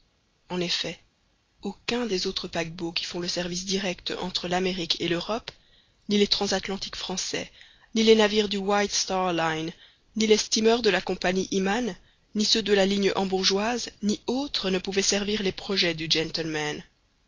en effet aucun des autres paquebots qui font le service direct entre l'amérique et l'europe ni les transatlantiques français ni les navires du white star line ni les steamers de la compagnie imman ni ceux de la ligne hambourgeoise ni autres ne pouvaient servir les projets du gentleman